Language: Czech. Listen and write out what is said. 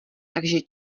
takže